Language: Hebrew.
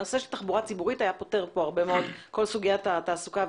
הנושא של תחבורה ציבורית היה פותר כאן הרבה מאוד את סוגיית התעשייה.